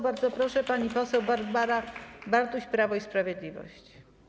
Bardzo proszę, pani poseł Barbara Bartuś, Prawo i Sprawiedliwość.